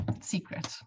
secret